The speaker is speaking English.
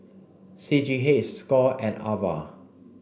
C G H Score and Ava